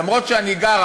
למרות שאני גרה